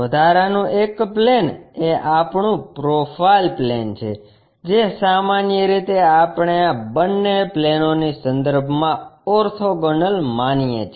વધારાનું એક પ્લેન એ આપણું પ્રોફાઇલ પ્લેન છે જે સામાન્ય રીતે આપણે આ બંને પ્લેનોની સંદર્ભમાં ઓર્થોગોનલ માનીએ છીએ